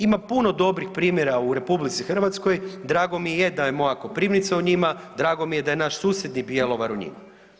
Ima puno dobrih primjera u RH, drago mi je da je moja Koprivnica u njima, drago mi je da je naš susjedni Bjelovar u njima.